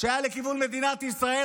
שהיה לכיוון מדינת ישראל,